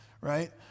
right